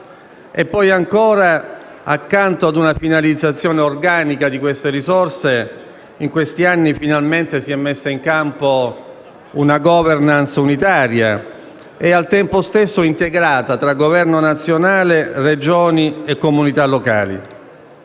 ancora, accanto a una finalizzazione organica di queste risorse, in questi anni finalmente è stata messa in campo una *governance* unitaria e al tempo stesso integrata tra Governo nazionale, Regioni e comunità locali.